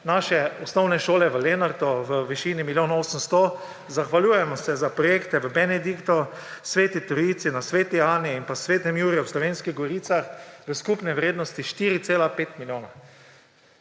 naše osnovne šole v Lenartu v višini milijon 800. Zahvaljujemo se za projekte v Benediktu, Sveti Trojici, Sveti Ani in Svetem Juriju v Slovenskih Goricah v skupni vrednosti 4,5 milijona.